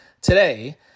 today